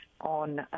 on